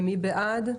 מי בעד?